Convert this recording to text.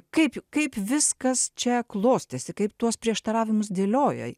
kaip kaip viskas čia klostėsi kaip tuos prieštaravimus dėlioja